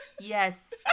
yes